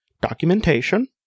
documentation